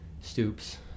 stoops